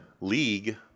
League